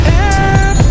end